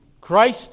Christ